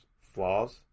flaws